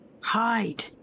hide